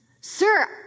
sir